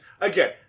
again